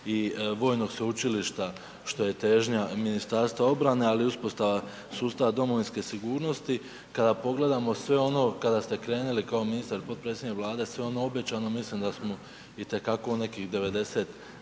vojnog sveučilišta što je težnja Ministarstva obrane ali i uspostava sustava Domovinske sigurnosti, kada pogledamo sve ono kada ste krenuli kao ministar i potpredsjednik Vlade, sve ono obećano, mislim da smo itekako nekih 90%,